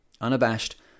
Unabashed